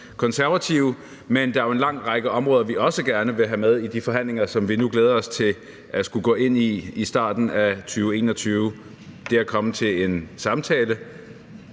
Konservative. Men der er jo en lang række områder, som vi også gerne vil have med i de forhandlinger, som vi nu glæder os til skulle gå ind i i starten af 2021. Det drejer sig om det at komme til en samtale,